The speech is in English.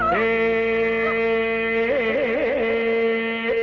a